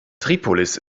tripolis